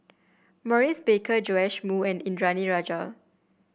Maurice Baker Joash Moo and Indranee Rajah